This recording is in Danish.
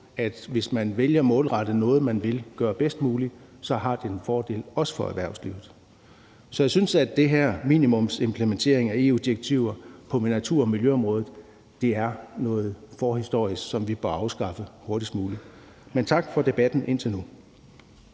at hvis man målrettet går efter noget, man vil gøre bedst muligt, så er det også en fordel for erhvervslivet. Så jeg synes, at den her minimumsimplementering af EU-direktiver på natur- og miljøområdet er noget forhistorisk, som vi bør afskaffe hurtigst muligt. Men tak for debatten indtil nu.